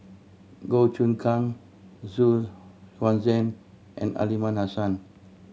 Goh Choon Kang Xu Yuan Zhen and Aliman Hassan